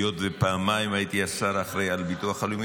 היות שפעמיים הייתי השר האחראי על הביטוח הלאומי,